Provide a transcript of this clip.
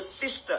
sister